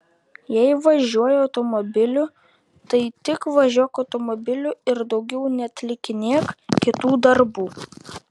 jei važiuoji automobiliu tai tik važiuok automobiliu ir daugiau neatlikinėk kitų darbų